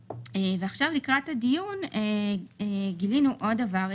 לקראת הדיון גילינו עוד דבר.